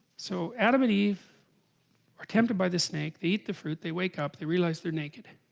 so adam and eve are tempted by the snake they eat the fruit they wake up they, realize they're naked